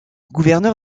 gouverneur